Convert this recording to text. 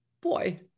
boy